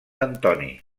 antoni